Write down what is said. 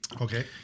okay